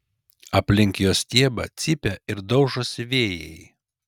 aplink jo stiebą cypia ir daužosi vėjai